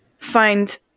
find